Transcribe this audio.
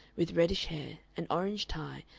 with reddish hair, an orange tie,